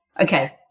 Okay